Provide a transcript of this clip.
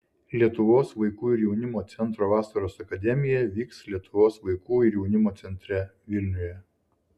lietuvos vaikų ir jaunimo centro vasaros akademija vyks lietuvos vaikų ir jaunimo centre vilniuje